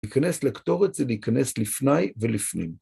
להיכנס לקטורת זה להיכנס לפניי ולפנים.